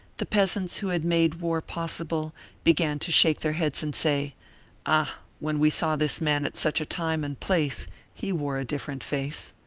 the peasants who had made war possible began to shake their heads and say ah! when we saw this man at such a time and place he wore a different face.